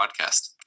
podcast